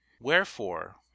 Wherefore